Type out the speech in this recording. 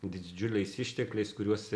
didžiuliais ištekliais kuriuos